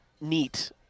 neat